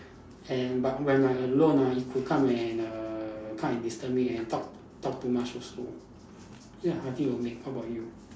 and but when I'm alone ah it could come and err come and disturb me and talk talk too much also ya I think I will make how about you